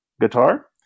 guitar